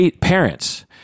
parents